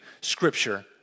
Scripture